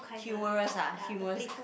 humorous ah humorous